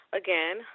again